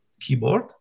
keyboard